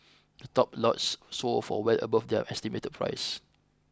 the top lots sold for well above their estimated price